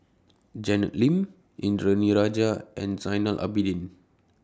Janet Lim Indranee Rajah and Zainal Abidin